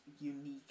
unique